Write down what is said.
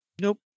Nope